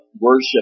worship